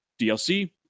DLC